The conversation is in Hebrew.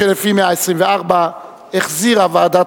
שי חרמש ושל חבר הכנסת דוד רותם.